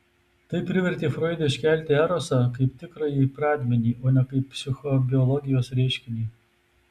tai privertė froidą iškelti erosą kaip tikrąjį pradmenį o ne kaip psichobiologijos reiškinį